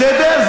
בסדר?